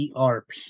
ERP